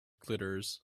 glitters